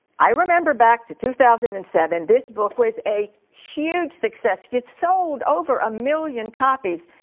i remember back to two thousand and seven, this book was a huge success. you sold over a million copies.